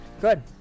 Good